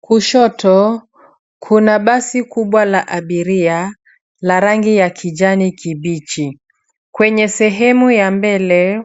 Kushoto, kuna basi kubwa la abiria la rangi ya kijani kibichi. Kwenye sehemu ya mbele